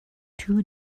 two